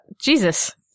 Jesus